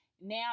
now